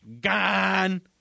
Gone